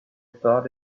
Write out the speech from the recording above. thought